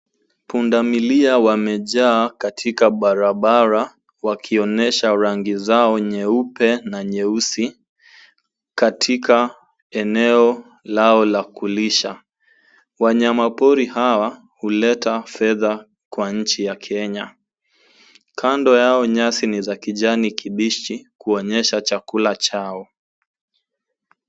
Pundamilia wamejaa katika barabara wakionyesha rangi zao nyeupe na nyeusi katika eneo lao la kulisha. Wanyama pori hawa huleta fedha kwa nchi ya Kenya. Kando yao nyasi ni za kijani kibichi kuonyesha chakula chao.